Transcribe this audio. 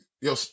Yo